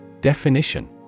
Definition